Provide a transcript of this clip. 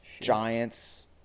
Giants